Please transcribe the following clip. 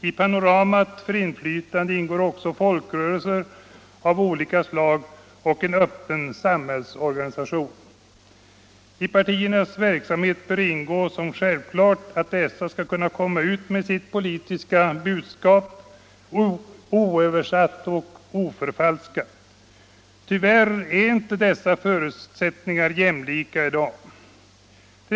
I panoramat för inflytande ingår också folkrörelser av olika slag och en öppen samhällsorganisation. I partiernas verksamhet bör ingå som självklart att dessa skall kunna komma ut med sitt politiska budskap oöversatt och oförfalskat. Tyvärr är inte dessa förutsättningar jämlika i dag.